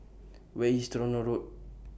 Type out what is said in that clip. Where IS Tronoh Road